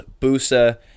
busa